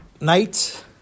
night